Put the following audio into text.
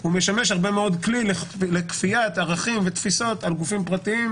הוא משמש כלי לכפיית ערכים ותפיסות על גופים פרטיים,